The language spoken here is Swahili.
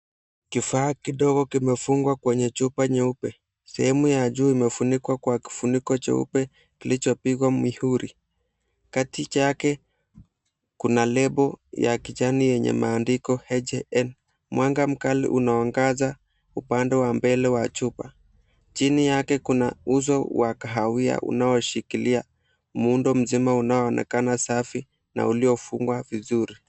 Kifaa kidogo kimefungwa kwenye chupa nyeupe. Sehemu ya juu imefunikwa kwa kifuniko cheupe kilichopigwa muhuri. Katikati yake kuna lebo ya kijani yenye maandiko HJN. Mwanga mkali unaongaza upande wa mbele wa chupa. Chini yake kuna uzo wa kahawia unaoshikilia muundo mzima unaoonekana safi na uliofungwa vizuri.